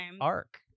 arc